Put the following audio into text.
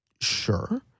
Sure